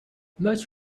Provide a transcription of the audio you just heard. most